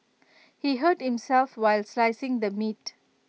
he hurt himself while slicing the meat